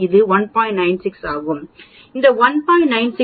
96 என்பது 95 சதவிகிதம் என்றால் அடிக்கடி வரும்